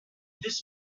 this